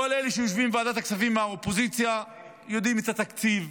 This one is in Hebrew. כל אלה מהאופוזיציה שיושבים בוועדת הכספים יודעים את התקציב,